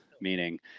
meaning